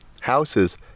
houses